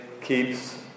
keeps